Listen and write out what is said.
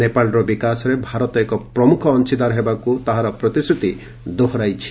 ନେପାଳରେ ବିକାଶରେ ଭାରତ ଏକ ପ୍ରମୁଖ ଅଂଶୀଦାର ହେବାକୁ ତାହାର ପ୍ରତିଶ୍ରତି ଦୋହରାଇଛି